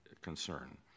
concern